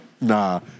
Nah